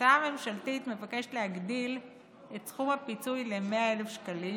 ההצעה הממשלתית מבקשת להגדיל את סכום הפיצוי ל-100,000 שקלים.